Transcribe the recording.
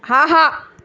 ஆஹா